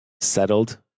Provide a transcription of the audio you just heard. Settled